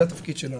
זה התפקיד שלנו,